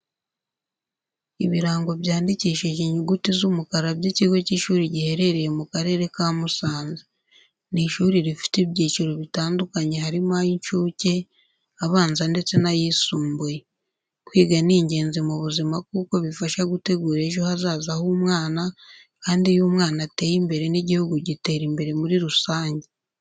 Ibirango byandikishije inyuguti z'umukara by'ikigo cy'ishuri giherereye mu karere ka Musanze. Ni ishuri rifite ibyiciro bitandukanye harimo ay'incuke, abanza ndetse n'ayisumbuye. Kwiga ni ingenzi mu buzima kuko bifasha gutegura ejo hazaza h'umwana kandi iyo umwana ateye imbere n'igihugu gitera imbere muri rusange.